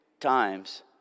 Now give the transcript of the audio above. times